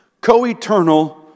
co-eternal